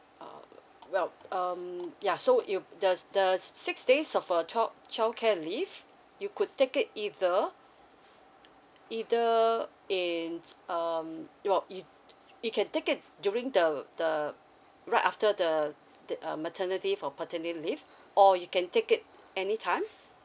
uh well um ya so if the the six days of a twelve childcare leave you could take it either either in um your it you can take it during the the right after the the uh maternity or paternity leave or you can take it any time